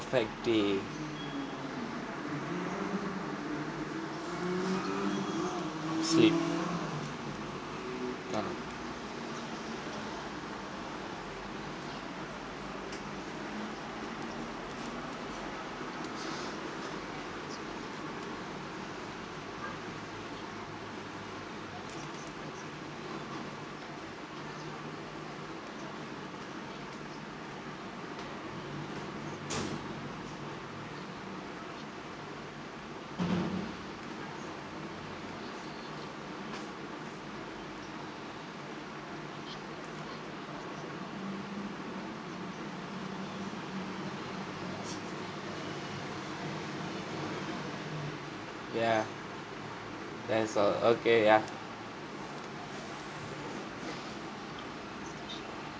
perfect day sleep kak ya that's all okay ya